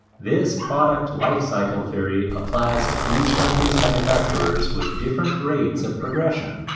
this product life cycle theory applies to each country's manufacturers with different rates of progression,